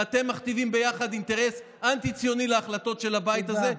ואתם מכתיבים ביחד אינטרס אנטי-ציוני בהחלטות של הבית הזה,